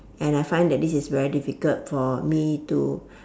and I find that this is very difficult for me to